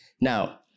now